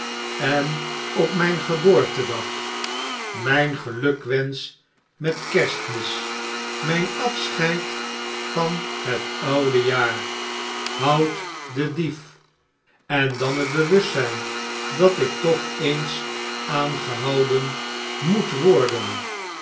en op myn geboortedag myn gelukwehsch met kerstmis myn afscheid van het oude jaar houdt den diefl en dan het bewustzyn dat ik toch eens aangehouden moet worden